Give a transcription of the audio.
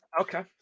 Okay